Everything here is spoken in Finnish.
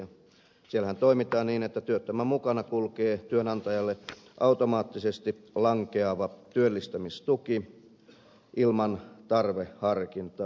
siellähän toimitaan niin että työttömän mukana kulkee työnantajalle automaattisesti lankeava työllistämistuki ilman tarveharkintaa